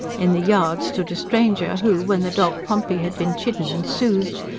in the yard stood a stranger who, when the dog pompey had been chidden and soothed,